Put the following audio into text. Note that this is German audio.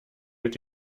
mit